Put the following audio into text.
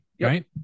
right